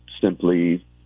simply